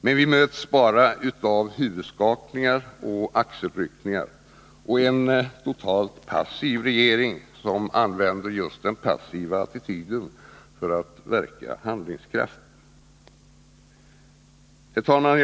Men vi möts bara av huvudskakningar och axelryckningar och en totalt passiv regering, som använder just den passiva attityden 87 för att verka handlingskraftig. Herr talman!